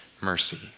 mercy